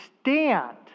stand